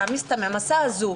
להעמיס את המעמסה הזו,